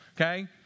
okay